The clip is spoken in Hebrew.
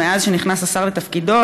מאז נכנס השר לתפקידו,